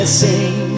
sing